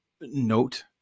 note